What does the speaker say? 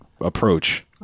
approach